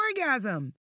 orgasm